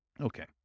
Okay